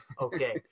okay